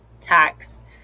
tax